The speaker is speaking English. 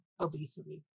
obesity